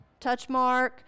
Touchmark